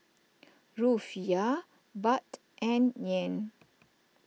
Rufiyaa Baht and Yen